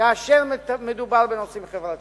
כאשר מדובר בנושאים חברתיים.